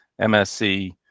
MSC